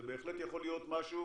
זה בהחלט יכול להיות משהו